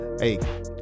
hey